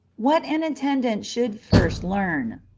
what an attendant should first learn.